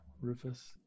Rufus